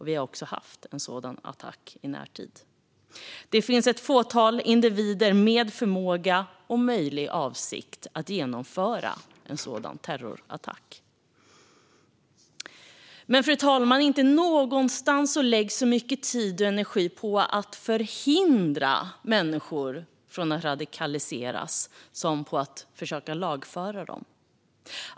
Vi har också haft en sådan attack i närtid. Det finns ett fåtal individer med förmåga och möjlig avsikt att genomföra terrorattentat. Men, fru talman, inte någonstans läggs så mycket tid och energi på att förhindra människor från att radikaliseras som på att försöka lagföra dem.